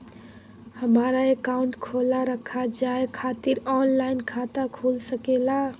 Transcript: हमारा अकाउंट खोला रखा जाए खातिर ऑनलाइन खाता खुल सके ला?